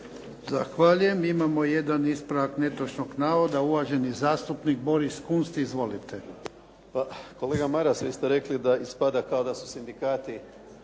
Zahvaljujem. Imamo jedan ispravak netočnog navoda, uvaženi zastupnik Boris Kunst. Izvolite.